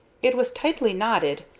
it was tightly knotted,